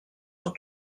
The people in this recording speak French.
cent